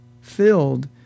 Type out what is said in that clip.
filled